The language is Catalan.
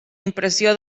impressió